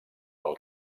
pel